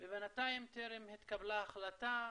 ובינתיים טרם התקבלה החלטה.